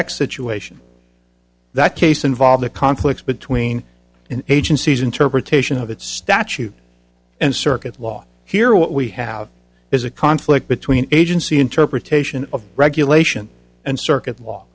x situation that case involved the conflicts between an agency's interpretation of that statute and circuit law here what we have is a conflict between agency interpretation of regulation and circuit law